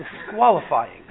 disqualifying